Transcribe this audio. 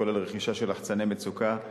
הכולל רכישה של לחצני מצוקה,